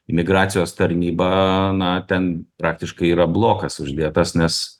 migracijos tarnyba na ten praktiškai yra blokas uždėtas nes